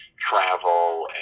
Travel